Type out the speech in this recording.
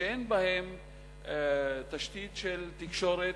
אין תשתית של תקשורת,